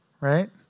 right